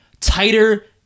tighter